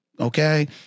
Okay